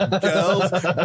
girls